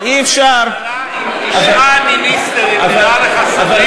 ראש ממשלה עם תשעה מיניסטרים, נראה לך סביר?